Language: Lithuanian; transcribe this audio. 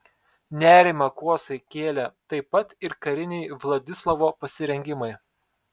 nerimą kosai kėlė taip pat ir kariniai vladislovo pasirengimai